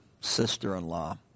sister-in-law